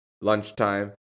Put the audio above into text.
lunchtime